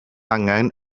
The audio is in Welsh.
angen